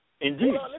Indeed